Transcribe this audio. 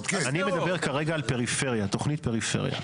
אני מדבר כרגע על תוכנית פריפריה.